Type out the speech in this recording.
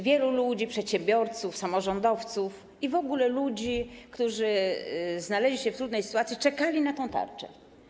Wielu ludzi, przedsiębiorców, samorządowców i w ogóle ludzi, którzy znaleźli się w trudnej sytuacji, czekało na tę tarczę.